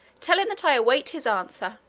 tell him that i await his answer.